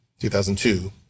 2002